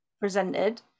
presented